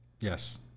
Yes